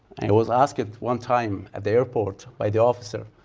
i was asked one time at their airport by the officer,